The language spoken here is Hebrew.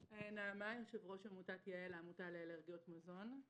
נעמה, יושב-ראש עמותת יהל, עמותה לאלרגיות מזון.